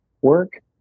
work